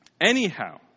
Anyhow